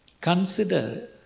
Consider